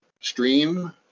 stream